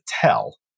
tell